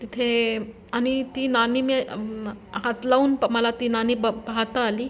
तिथे आणि ती नाणी मी म्म् हात लावून प् मला ती नाणी ब् पाहता आली